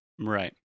right